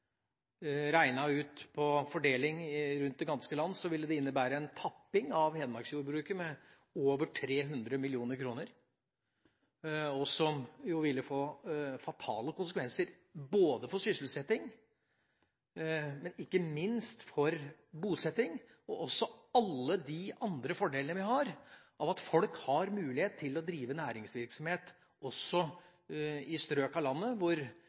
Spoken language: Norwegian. ut på fordeling over det ganske land, ville det innebære en tapping av hedmarksjordbruket med over 300 mill. kr, noe som ville få fatale konsekvenser for både sysselsetting og bosetting og for alle de andre fordelene vi har av at folk har mulighet til å drive næringsvirksomhet også i strøk av landet hvor